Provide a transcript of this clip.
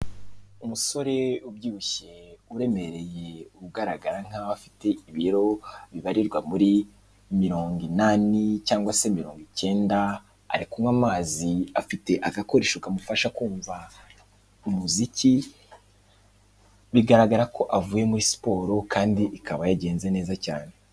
Umusore ubyibushye, uremereye, ugaragara nk'aho afite ibiro bibarirwa muri mirongo inani cyangwa se mirongo icyenda, ari kunywa amazi, afite agakoresho kamufasha kumva umuziki, bigaragara ko avuye muri siporo kandi ikaba yagenze neza cyane.